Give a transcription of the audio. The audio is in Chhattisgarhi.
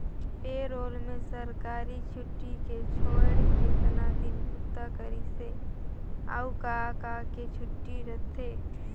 पे रोल में सरकारी छुट्टी के छोएड़ केतना दिन बूता करिस हे, अउ का का के छुट्टी रथे